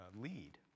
lead